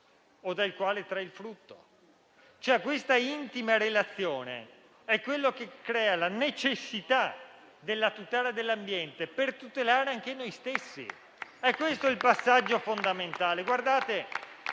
o dal quale trae il frutto. Questa intima relazione crea la necessità della tutela dell'ambiente, per tutelare anche noi stessi. È questo il passaggio fondamentale.